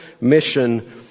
mission